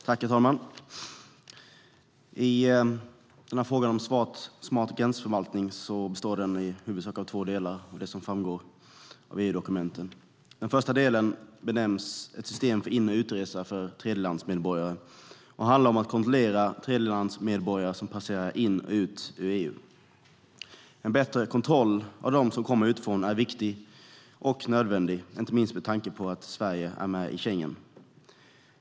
Herr talman! Frågan om smart gränsförvaltning består i huvudsak av två delar i det som framgår av EU-dokumenten. Den första delen är ett system för in och utresa för tredjelandsmedborgare och handlar om att kontrollera tredjelandsmedborgare som passerar in i och ut ur EU. En bättre kontroll av dem som kommer utifrån är viktig och nödvändig, inte minst med tanke på att Sverige är med i Schengensamarbetet.